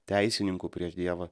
teisininku prieš dievą